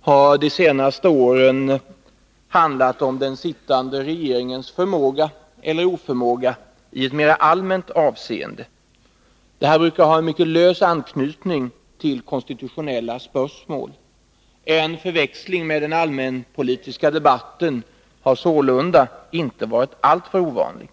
har de senaste åren handlat om den sittande regeringens förmåga eller oförmåga i ett mera allmänt avseende, Det här brukar ha en mycket lös anknytning till konstitutionella spörsmål. En förväxling med den allmänpolitiska debatten har sålunda inte varit alltför ovanlig.